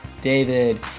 David